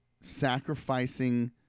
sacrificing